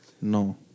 No